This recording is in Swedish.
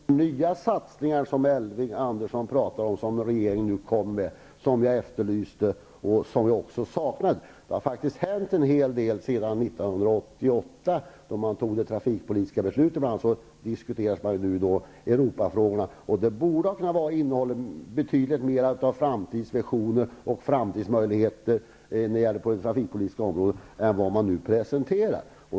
Fru talman! De nya satsningar som Elving Andersson menar att regeringen nu kommer med har jag saknat och efterlyst. Det har faktiskt hänt en hel del sedan 1988, då det trafikpolitiska beslutet togs. Bl.a. diskuterade man Europafrågorna. Det borde ha kunnat vara betydligt mer av framtidsvisioner och framtidsmöjligheter på det trafikpolitiska området än vad man nu presenterar.